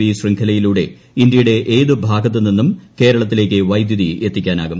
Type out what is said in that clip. V ശ്രൃംഖലയിലൂടെ ഇന്ത്യയുടെ ഏതു ഭാഗത്തുനിന്നും കേരളത്തിലേക്ക് വൈദ്യുതി എത്തിക്കാനാകും